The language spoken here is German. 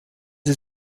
sie